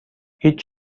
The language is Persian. هیچ